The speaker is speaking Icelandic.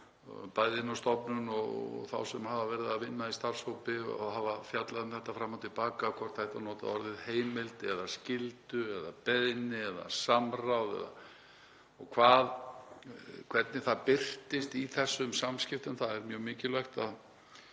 bæði inni á stofnun og þá sem hafa verið að vinna í starfshópi og hafa fjallað um þetta fram og til baka, hvort það ætti að nota orðið heimild eða skylda eða beiðni eða samráð og hvernig það birtist í þessum samskiptum en það er mjög mikilvægt að